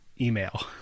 email